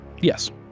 Yes